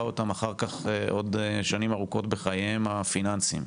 אותם אחר כך עוד שנים ארוכות בחייהם הפיננסיים?